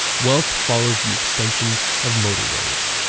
wealth follows the extension of motorways.